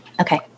Okay